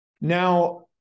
Now